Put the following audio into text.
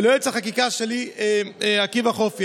וליועץ החקיקה שלי עקיבא חופי.